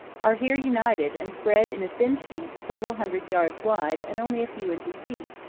are here united and spread in a thin sheet several hundred yards wide and only a few inches deep,